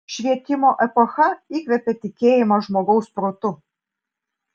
švietimo epocha įkvėpė tikėjimą žmogaus protu